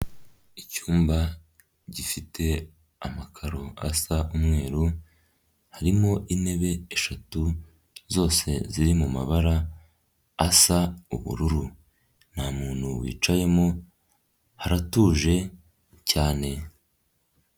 Icyumba gifite amakaro asa umweru, harimo intebe eshatu zose ziri mumabara asa ubururu, nta muntu wicayemo haratuje cyane.